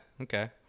Okay